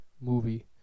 movie